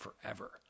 forever